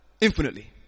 Infinitely